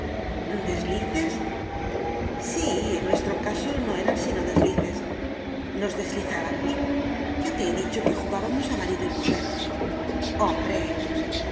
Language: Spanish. deslices sí en nuestro caso no eran sino deslices nos deslizábamos ya te he dicho que jugábamos a marido y mujer hombre